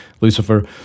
Lucifer